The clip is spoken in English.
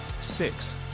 Six